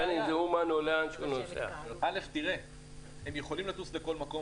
הם יכולים לטוס לכל מקום.